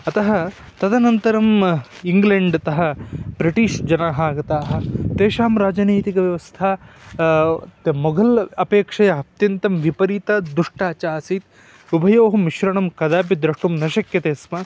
अतः तदनन्तरम् इङ्ग्लेण्ड् तः ब्रिटिष् जनाः आगताः तेषां राजनैतिकव्यवस्थाः मोघल् अपेक्षया अत्यन्तं विपरीता दुष्टा च आसीत् उभयोः मिश्रणं कदापि द्रष्टुं न शक्यते स्म